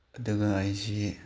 ꯑꯗꯨꯒ ꯑꯩꯁꯤ